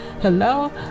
Hello